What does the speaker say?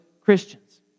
Christians